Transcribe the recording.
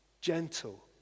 gentle